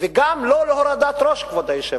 וגם לא להורדת ראש, כבוד היושב-ראש.